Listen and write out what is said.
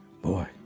Boy